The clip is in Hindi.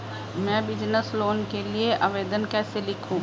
मैं बिज़नेस लोन के लिए आवेदन कैसे लिखूँ?